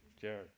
Jared